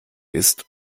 ist